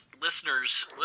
Listeners